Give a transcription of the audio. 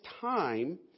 time